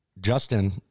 Justin